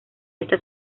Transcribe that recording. esta